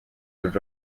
would